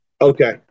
Okay